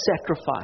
sacrifice